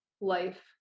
life